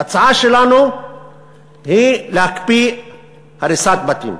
ההצעה שלנו היא להקפיא הריסת בתים.